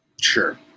Sure